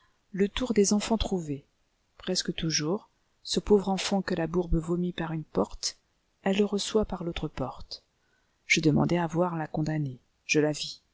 le tour des enfants trouvés presque toujours ce pauvre enfant que la bourbe vomit par une porte elle le reçoit par l'autre porte je demandai à voir la condamnée je la vis